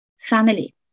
family